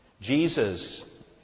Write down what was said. Jesus